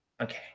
Okay